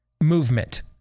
movement